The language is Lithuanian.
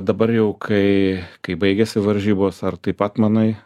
dabar jau kai kai baigėsi varžybos ar taip pat manai